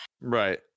Right